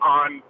on